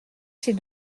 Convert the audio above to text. ses